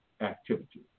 activity